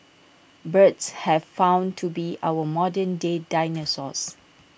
birds have found to be our modern day dinosaurs